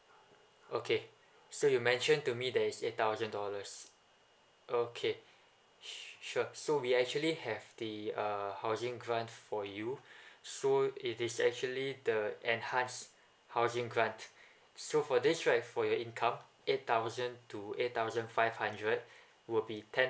okay so you mentioned to me there is eight thousand dollars okay sure so we actually have the err housing grant for you so it is actually the enhanced housing grant so for this right for your income eight thousand to eight thousand five hundred would be ten